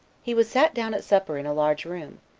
he was sat down at supper in a large room,